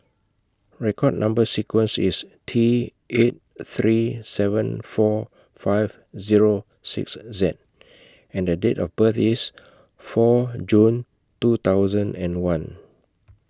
record Number sequence IS T eight three seven four five Zero six Z and The Date of birth IS four June two thousand and one